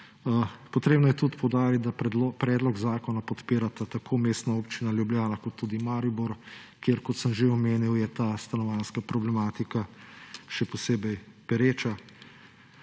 Potrebno je tudi poudariti, da predlog zakona podpirata tako Mestna občina Ljubljana kot Maribor, kjer je, kot sem že omenil, ta stanovanjska problematika še posebej pereča.